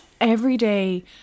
everyday